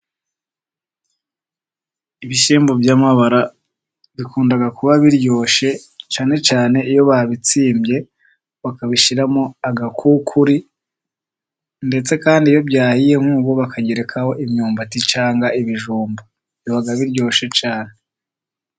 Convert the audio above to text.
Ibishyimbo by'amabara bikunda kuba biryoshye cyane cyane iyo babitsimbye bakabishyiramo agakukuri, ndetse kandi iyo byahiye nkubu bakagerekaho imyumbati cyangwa ibijumba, biba biryoshye cyane.